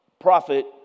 prophet